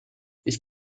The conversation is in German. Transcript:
ich